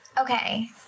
Okay